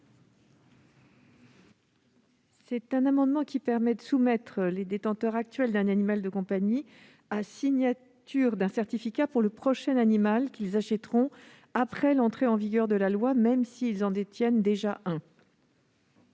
Cet amendement vise à soumettre les détenteurs actuels d'un animal de compagnie à la signature d'un certificat pour le prochain animal qu'ils achèteront après l'entrée en vigueur de la loi, et cela, donc, même s'ils en détiennent déjà un.